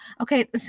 Okay